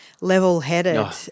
level-headed